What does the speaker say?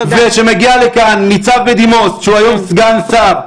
כשמגיע לכאן ניצב בדימוס שהוא היום סגן שר,